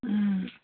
हूँ